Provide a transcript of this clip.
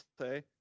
say